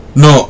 no